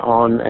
on